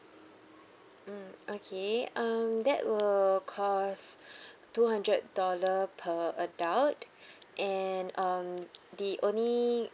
mm okay um that will cost two hundred dollar per adult and um the only